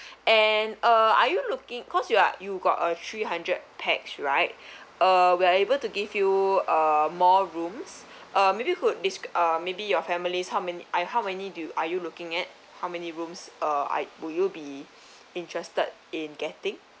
and uh are you looking cause you are you got uh three hundred pax right uh we are able to give you uh more rooms uh maybe who dis~ uh maybe your families how many uh how many do are you looking at how many rooms uh are would you be interested in getting